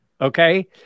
Okay